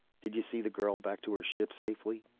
did you see the girl back to her ship safely?